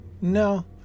No